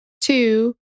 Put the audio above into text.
two